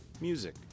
music